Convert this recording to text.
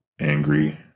angry